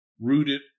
rooted